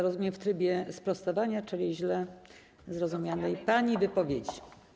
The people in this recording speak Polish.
Rozumiem, że w trybie sprostowania źle zrozumianej pani wypowiedzi.